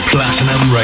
Platinum